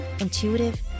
intuitive